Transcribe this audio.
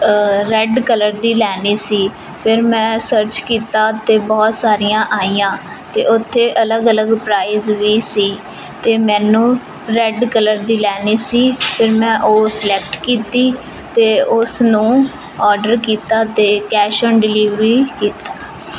red colour ਦੀ ਲੈਣੀ ਸੀ ਫਿਰ ਮੈਂ ਸਰਚ ਕੀਤਾ ਅਤੇ ਬਹੁਤ ਸਾਰੀਆਂ ਆਈਆਂ ਅਤੇ ਉੱਥੇ ਅਲੱਗ ਅਲੱਗ ਪ੍ਰਾਈਜ਼ ਵੀ ਸੀ ਅਤੇ ਮੈਨੂੰ ਰੈਡ ਕਲਰ ਦੀ ਲੈਣੀ ਸੀ ਫਿਰ ਮੈਂ ਉਹ ਸਿਲੈਕਟ ਕੀਤੀ ਅਤੇ ਉਸ ਨੂੰ ਆਰਡਰ ਕੀਤਾ ਅਤੇ ਕੈਸ਼ ਔਨ ਡਿਲੀਵਰੀ ਕੀਤਾ